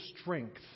strength